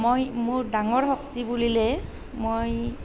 মই মোৰ ডাঙৰ শক্তি বুলিলে মই